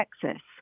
Texas